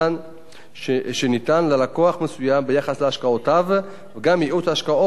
ללקוח מסוים ביחס להשקעותיו וגם ייעוץ השקעות כללי